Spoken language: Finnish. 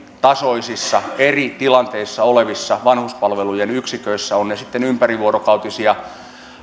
tasoisissa eri tilanteissa olevissa vanhuspalvelujen yksiköissä ovat ne sitten ympärivuorokautisia